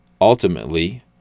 ultimately